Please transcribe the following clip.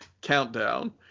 countdown